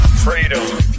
freedom